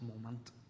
moment